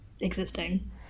existing